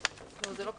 זה לא קשור.